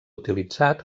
utilitzat